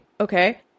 Okay